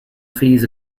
fees